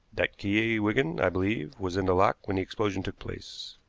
that key, wigan, i believe, was in the lock when the explosion took place.